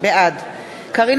בעד קארין